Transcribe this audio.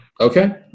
Okay